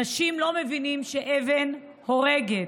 אנשים לא מבינים שאבן הורגת.